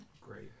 Great